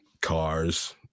cars